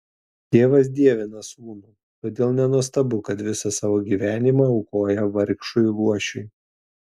tėvas dievina sūnų todėl nenuostabu kad visą savo gyvenimą aukoja vargšui luošiui